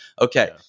Okay